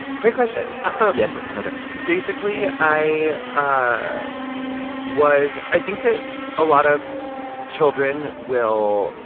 great question yes. ok basically, i ah was i think that a lot of children will,